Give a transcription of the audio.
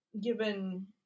given